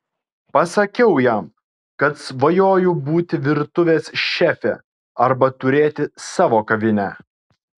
pasakiau jam kad svajoju būti virtuvės šefė arba turėti savo kavinę